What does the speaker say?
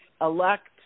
Elect